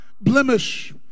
blemish